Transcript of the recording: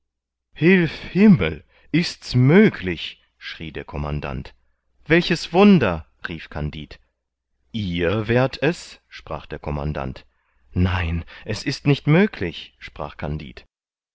hilf himmel ist's möglich schrie der commandant welches wunder rief kandid ihr wärt es sprach der commandant nein es ist nicht möglich sprach kandid